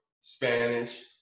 Spanish